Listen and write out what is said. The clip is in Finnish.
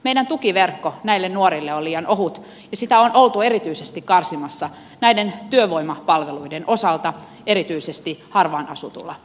meidän tukiverkko näille nuorille on liian ohut ja sitä on oltu erityisesti karsimassa näiden työvoimapalveluiden osalta erityisesti harvaan asutulla alueella